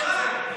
שקרן.